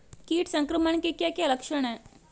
कीट संक्रमण के क्या क्या लक्षण हैं?